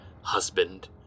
husband